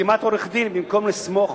חתימת עורך-דין, במקום לסחוב